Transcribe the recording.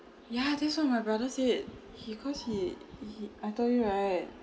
ya this what my brother said he cause he he I told you right